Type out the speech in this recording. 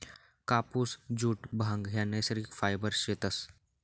कापुस, जुट, भांग ह्या नैसर्गिक फायबर शेतस